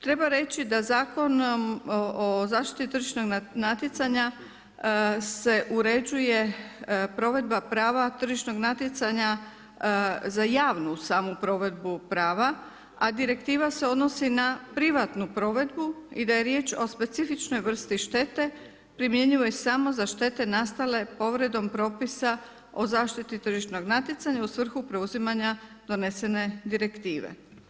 Treba reći da Zakonom o zaštiti tržišnog natjecanja se uređuje provedba prava tržišnog natjecanja za javnu samu provedbu prava, a direktiva se odnosi na privatnu provedbu i da je riječ o specifičnoj vrsti štete primjenjivoj samo za štete nastale povredom propisa o zaštiti tržišnog natjecanja u svrhu preuzimanja donesene direktive.